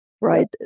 right